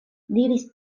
diris